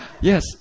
yes